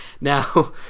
Now